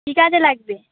কী কাজে লাগবে